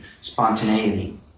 spontaneity